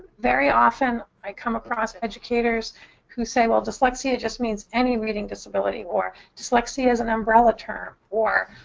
very often i come across educators who say, well, dyslexia just means any reading disability or, dyslexia is an umbrella term, or,